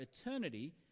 eternity